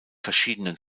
verschiedenen